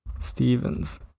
Stevens